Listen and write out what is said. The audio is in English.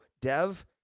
dev